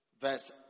Verse